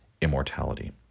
immortality